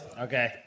Okay